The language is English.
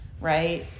Right